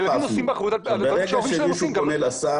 ברגע שמישהו פונה לשר,